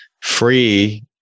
free